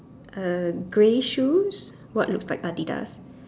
uh grey shoes what looks like Adidas